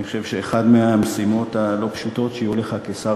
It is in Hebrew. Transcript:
אני חושב שאחת מהמשימות הלא-פשוטות שיהיו לך כשר